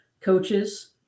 coaches